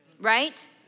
Right